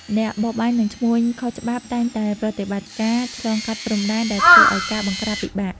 អ្នកបរបាញ់ និងឈ្មួញខុសច្បាប់តែងតែប្រតិបត្តិការឆ្លងកាត់ព្រំដែន ដែលធ្វើឲ្យការបង្ក្រាបពិបាក។